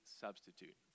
substitute